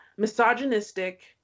misogynistic